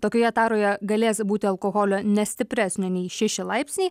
tokioje taroje galės būti alkoholio nestipresnio nei šeši laipsniai